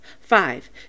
Five